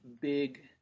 big